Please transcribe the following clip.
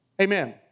Amen